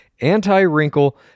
anti-wrinkle